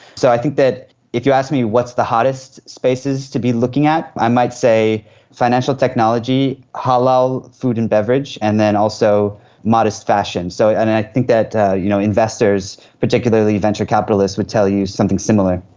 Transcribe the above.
so i think that if you ask me what's the hottest spaces to be looking at, i might say financial technology, halal food and beverage, and then also modest fashion. so and i think that you know investors, particularly venture capitalists would tell you something similar.